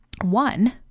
one